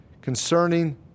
concerning